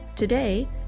Today